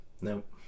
Nope